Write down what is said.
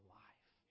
life